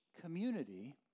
community